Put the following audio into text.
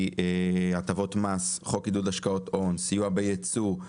מהטבות מס, חוק עידוד השקעות הון, סיוע בייצוא,